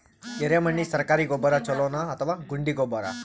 ಎರೆಮಣ್ ಗೆ ಸರ್ಕಾರಿ ಗೊಬ್ಬರ ಛೂಲೊ ನಾ ಅಥವಾ ಗುಂಡಿ ಗೊಬ್ಬರ?